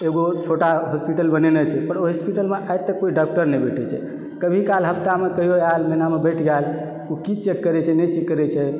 एगो छोटा हॉस्पिटलमे बनेने छै पर ओहि हॉस्पिटलमे आइ तक कोइ डॉक्टर नहि बैठै छै कभी काल हफ्तामे कहियो आयल महिनामे बैठ गेल ओ की चेक करै छै जे चीज भी चेक करै छै जे चीज करै छै